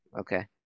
Okay